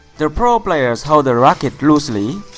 the pro players hold the racket loosely.